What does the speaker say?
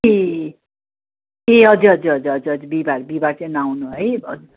ए ए हजुर हजुर हजुर हजुर बिहिबार बिहिबार चाहिँ नआउनु है हजुर